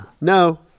no